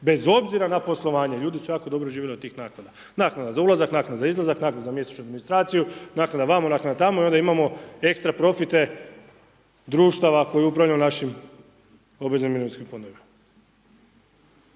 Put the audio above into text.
bez obzira na poslovanje, ljudi su jako dobro živjeli od tih naknada, naknada za ulazak, naknada za izlazak, naknada za mjesečnu administraciju, naknada vamo, naknada tamo i onda imamo ekstra profite društava koje upravljaju našim obveznim mirovinskim fondovima.